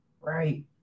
Right